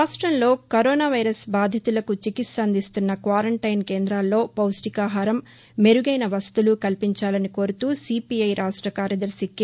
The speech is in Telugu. రాష్టంలో కరోనా వైరస్ బాధితులకు చికిత్స అందిస్తున్న క్వారంటైన్ కేంద్రాల్లో పౌష్టికాహారం మెరుగైన వసతులు కల్పించాలని కోరుతూ సీవీఐ రాష్ట కార్యదర్శి కె